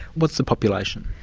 what's the population?